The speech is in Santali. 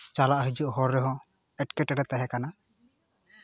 ᱪᱟᱞᱟᱜ ᱦᱤᱡᱩᱜ ᱦᱚᱨ ᱨᱮᱦᱚᱸ ᱮᱸᱴᱠᱮᱴᱚᱬᱮ ᱛᱟᱦᱮᱸ ᱠᱟᱱᱟ